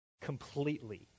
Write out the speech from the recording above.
Completely